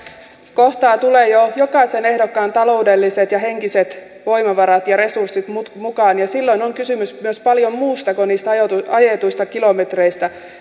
kohtaa tulevat jo jokaisen ehdokkaan taloudelliset ja henkiset voimavarat ja resurssit mukaan ja silloin on kysymys myös paljon muusta kuin niistä ajetuista ajetuista kilometreistä